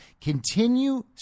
continue